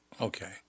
Okay